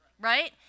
right